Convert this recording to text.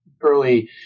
early